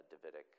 Davidic